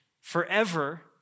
forever